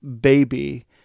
baby